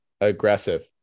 aggressive